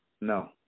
No